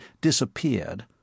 disappeared